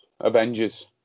Avengers